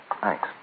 Thanks